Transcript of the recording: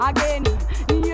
Again